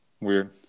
weird